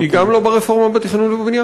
גם היא לא ברפורמה בתכנון ובנייה?